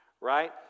right